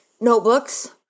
Notebooks